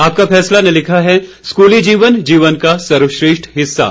आपका फैसला ने लिखा है स्कूली जीवन जीवन का सर्वश्रेष्ठ हिस्सा